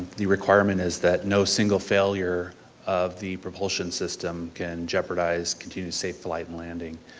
the requirement is that no single failure of the propulsion system can jeopardize continued safe flight and landing.